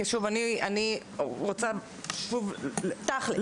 כי אני רוצה את התכלס.